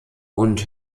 und